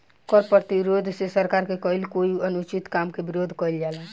कर प्रतिरोध से सरकार के कईल कोई अनुचित काम के विरोध कईल जाला